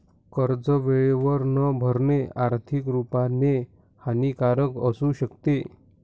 कर्ज वेळेवर न भरणे, आर्थिक रुपाने हानिकारक असू शकते